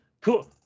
cool